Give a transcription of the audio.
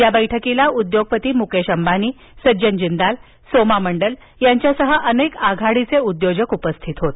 या बैठकीला उद्योगपती मुकेश अंबानी सज्जन जिंदाल सोमा मंडल यांच्यासह अन्यआघाडीचे उद्योजक उपस्थित होते